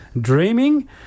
dreaming